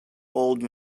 old